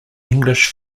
english